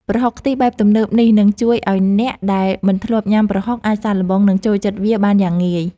ប្រហុកខ្ទិះបែបទំនើបនេះនឹងជួយឱ្យអ្នកដែលមិនធ្លាប់ញ៉ាំប្រហុកអាចសាកល្បងនិងចូលចិត្តវាបានយ៉ាងងាយ។